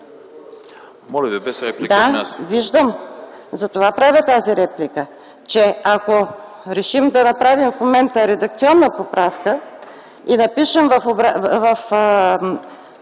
Моля Ви, без реплики